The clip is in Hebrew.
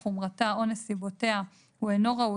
חומרתה או נסיבותיה הוא אינו ראוי,